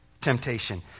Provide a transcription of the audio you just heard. temptation